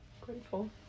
grateful